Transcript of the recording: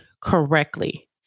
correctly